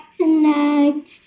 tonight